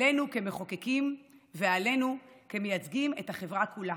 עלינו כמחוקקים, ועלינו כמייצגים את החברה כולה.